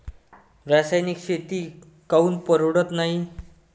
रासायनिक शेती काऊन परवडत नाई?